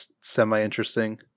semi-interesting